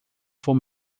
for